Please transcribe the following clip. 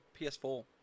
PS4